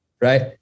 right